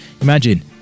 Imagine